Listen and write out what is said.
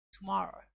tomorrow